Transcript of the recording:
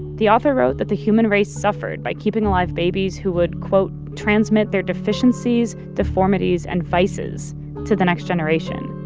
the author wrote that the human race suffered by keeping alive babies who would quote transmit their deficiencies, deformities, and vices to the next generation.